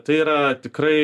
tai yra tikrai